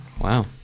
Wow